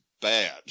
bad